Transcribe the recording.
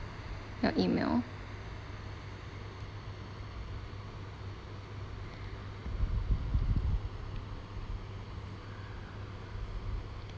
your E-email